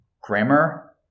grammar